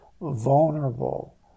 vulnerable